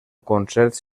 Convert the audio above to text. concerts